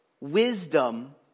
wisdom